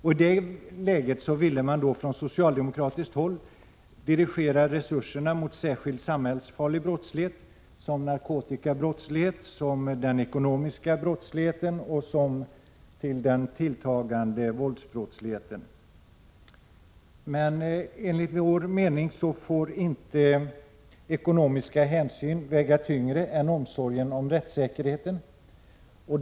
I det läget ville man från socialdemokratiskt håll dirigera resurserna mot särskilt samhällsfarlig brottslighet som narkotikabrottsligheter, den ekonomiska brottsligheten och den tilltagande våldsbrottsligheten. Men enligt vår mening får inte ekonomiska hänsyn väga tyngre än omsorgen om rättssäkerheten.